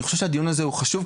ואני חושב שהדיון הזה הוא חשוב.